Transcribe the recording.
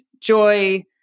joy